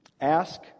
Ask